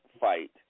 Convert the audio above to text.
fight